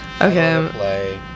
Okay